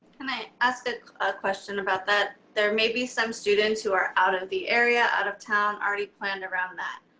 can i ask him a question about that? there may be some students who are out of the area, out of town already planned around that.